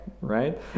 Right